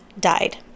died